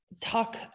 talk